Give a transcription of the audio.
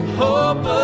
hope